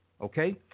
Okay